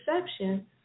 perception